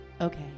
Okay